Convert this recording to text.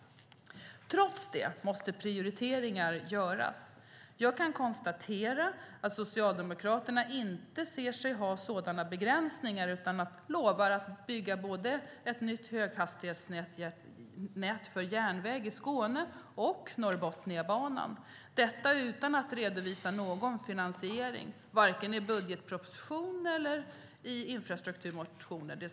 Trots det måste prioriteringar göras. Jag kan konstatera att Socialdemokraterna inte ser sig ha sådana begränsningar utan lovar att bygga både ett nytt höghastighetsnät för järnväg i Skåne och Norrbotniabanan - detta utan att redovisa någon finansiering, varken i budgetmotion eller i infrastrukturmotioner.